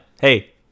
Hey